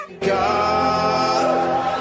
God